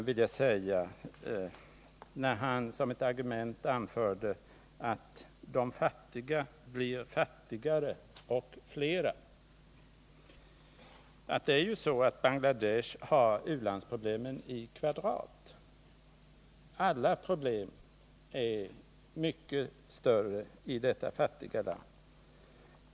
Han anförde som ett argument att de fattiga blir fattigare och flera. Det är ju så, vill jag säga, att Bangladesh har u-landsproblemen i kvadrat. Alla problem är mycket större i detta fattiga land.